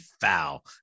foul